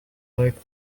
like